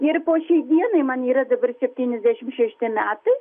ir po šiai dienai man yra dabar septyniasdešimt šešti metai